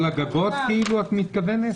כל הגגות, את מתכוונת?